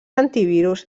antivirus